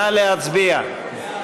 נא להצביע.